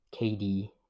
KD